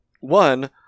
One